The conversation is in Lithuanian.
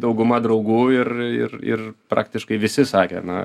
dauguma draugų ir ir ir praktiškai visi sakė na